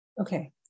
Okay